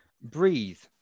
Breathe